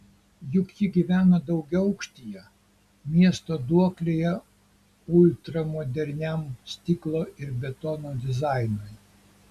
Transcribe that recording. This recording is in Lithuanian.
juk ji gyveno daugiaaukštyje miesto duoklėje ultramoderniam stiklo ir betono dizainui